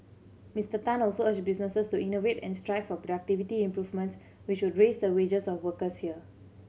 Mister Tan also urged businesses to innovate and strive for productivity improvements which would raise the wages of workers here